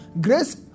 Grace